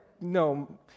no